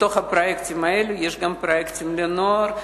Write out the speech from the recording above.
בתוך הפרויקטים האלה יש גם פרויקטים לנוער.